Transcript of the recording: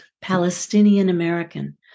Palestinian-American